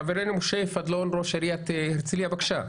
חברנו משה פדלון, ראש עיריית הרצליה, בבקשה.